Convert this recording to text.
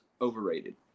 overrated